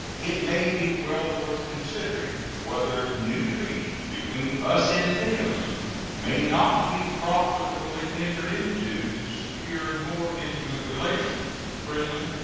it may be well worth considering whether new treaties between us and them may not be profitably entered into, to secure more intimate relations friendly,